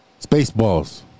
Spaceballs